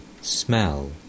smell